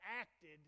acted